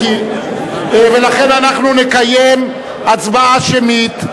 ולכן אנחנו נקיים הצבעה שמית.